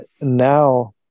Now